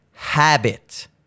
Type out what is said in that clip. habit